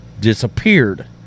disappeared